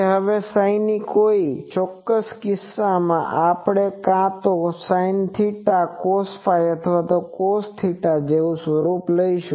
હવે તે ψ કોઈ ચોક્કસ કિસ્સામાં આપણે કાં તો sinθ cosϕ અથવા cosθ જેવું સ્વરૂપ લઈશું